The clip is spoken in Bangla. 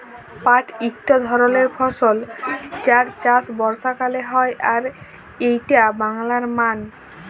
পাট একট ধরণের ফসল যার চাষ বর্ষাকালে হয় আর এইটা বাংলার মান